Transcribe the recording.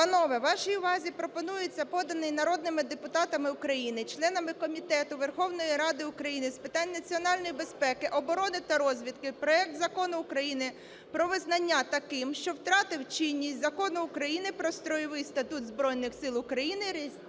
Панове, вашій увазі пропонується поданий народними депутатами України, членами Комітету Верховної Ради України з питань національної безпеки, оборони та розвідки проект Закону про визнання таким, що втратив чинність, Закону України "Про Стройовий статут Збройних Сил України"